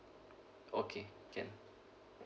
okay can